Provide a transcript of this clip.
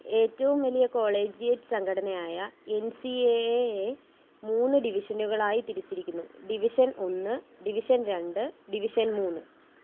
ഏറ്റവും വലിയ കോളേജിയേറ്റ് സംഘടനയായ എൻ സി എ എ യെ മൂന്ന് ഡിവിഷനുകളായി തിരിച്ചിരിക്കുന്നു ഡിവിഷൻ ഒന്ന് ഡിവിഷൻ രണ്ട് ഡിവിഷൻ മൂന്ന്